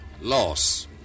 loss